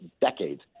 decades